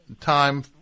time